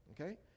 okay